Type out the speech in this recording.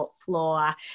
floor